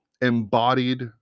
embodied